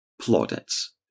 plaudits